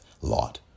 lot